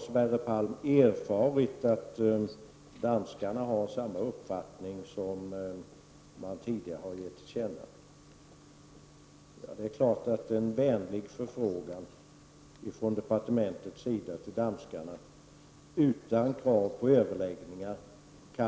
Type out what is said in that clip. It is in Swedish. Sverre Palm har erfarit att danskarna har samma uppfattning som man tidigare har givit till känna. Det är klart att en vänlig förfrågan från departementets sida till danskarna utan krav på överläggningar